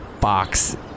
box